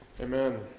Amen